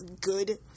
good